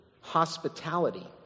hospitality